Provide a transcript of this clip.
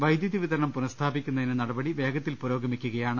വൈദ്യുതി വിതരണം പുനസ്ഥാപിക്കുന്നതിന് നടപടി വേഗത്തിൽ പുരോഗമിക്കുകയാണ്